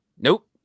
nope